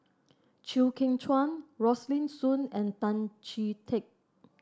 Chew Kheng Chuan Rosaline Soon and Tan Chee Teck